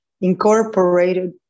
incorporated